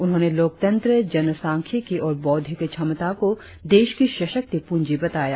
उन्होंने लोकतंत्र जनसांख्यिकी और बौद्धिक क्षमता को देश की सशक्ति प्रंजी बताया